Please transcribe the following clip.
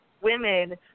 women